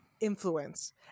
influence